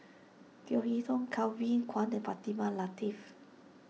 Leo Hee Tong Kelvin Kwan and Fatimah Lateef